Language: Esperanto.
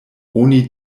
oni